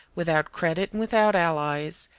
without credit and without allies,